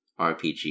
RPG